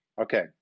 Okay